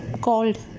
called